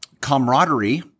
camaraderie